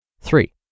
Three